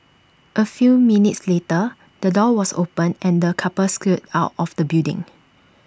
A few minutes later the door was opened and the couple scurried out of the building